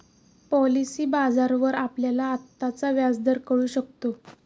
policy बाजारावर आपल्याला आत्ताचा व्याजदर कळू शकतो